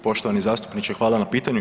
Poštovani zastupniče, hvala na pitanju.